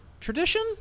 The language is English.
tradition